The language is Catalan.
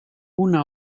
una